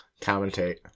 Commentate